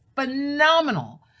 phenomenal